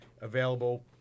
available